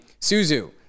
suzu